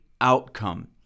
outcome